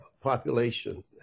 population